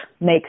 make